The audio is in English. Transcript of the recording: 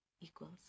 equals